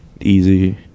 easy